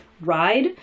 ride